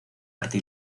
arte